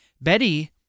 Betty